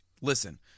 listen